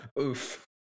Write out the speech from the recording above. Oof